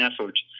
efforts